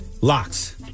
Locks